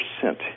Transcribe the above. percent